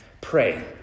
pray